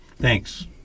Thanks